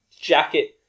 jacket